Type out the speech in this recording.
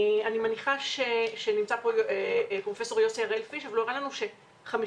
נמצא פה פרופ' יוסי הראל פיש שהראה לנו ש-15%